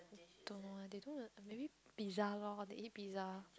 don't know they don't maybe pizza loh they eat pizza